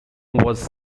was